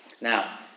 Now